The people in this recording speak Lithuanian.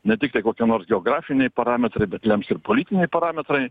ne tiktai kokie nors geografiniai parametrai bet lems ir politiniai parametrai